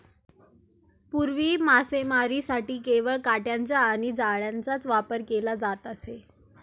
पूर्वी मासेमारीसाठी केवळ काटयांचा आणि जाळ्यांचाच वापर केला जात असे